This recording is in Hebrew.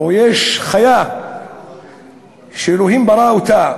או חיה שאלוהים ברא אותה